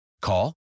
Call